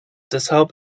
deshalb